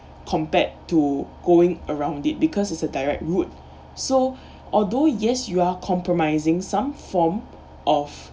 compared to going around it because is a direct route so although yes you are compromising some form of